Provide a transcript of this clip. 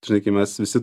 žinai kai mes visi